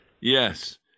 Yes